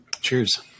Cheers